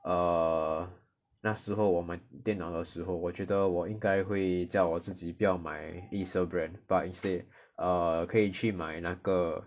err 那时候我们电脑的时候我觉得我应该会叫我自己不要买 Acer brand but instead err 可以去买那个